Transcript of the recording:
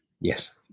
Yes